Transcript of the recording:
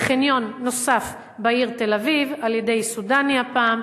בחניון נוסף בעיר תל-אביב, על-ידי סודני הפעם,